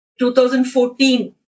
2014